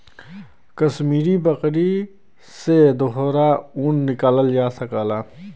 कसमीरी बकरी से दोहरा ऊन निकालल जा सकल जाला